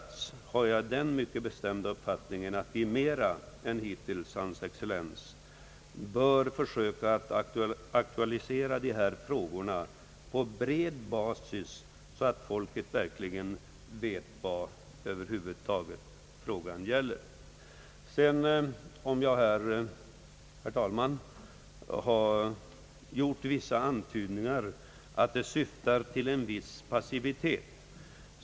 Tvärtom har jag den mycket bestämda uppfattningen att vi i högre grad än hittills varit fallet bör försöka att aktualisera dessa frågor på bred basis, så att folket här hemma verkligen vet vad frågan över huvud taget gäller. Jag har, herr talman, gjort vissa antydningar om att utrikesministerns åtgärder präglas av en viss passivitet.